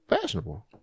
fashionable